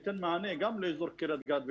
שייתן מענה גם לאזור קריית גת,